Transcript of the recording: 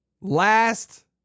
Last